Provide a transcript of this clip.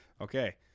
okay